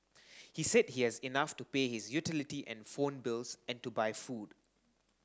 he said he has enough to pay his utility and phone bills and to buy food